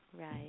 Right